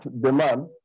demand